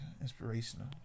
inspirational